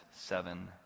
seven